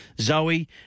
Zoe